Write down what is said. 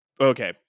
Okay